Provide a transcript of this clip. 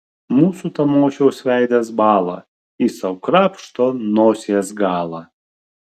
mūsų tamošiaus veidas bąla jis sau krapšto nosies galą